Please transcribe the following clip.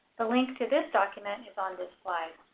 the link to this document is on this slide